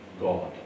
God